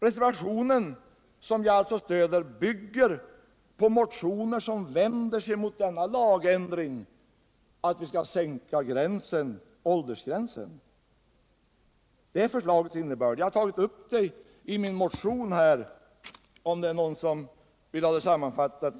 Reservationen, som jag alltså stöder, bygger på motioner som vänder sig mot denna lagändring — att åldersgränsen skall sänkas. Det är förslagets innebörd. Jag har tagit upp det i min motion — om det är någon som vill ha det kort sammanfattat.